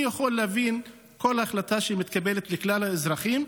אני יכול להבין כל החלטה שמתקבלת לגבי כלל האזרחים.